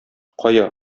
кая